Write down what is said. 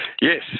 Yes